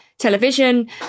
television